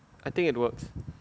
I think it works